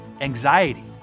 anxiety